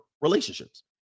relationships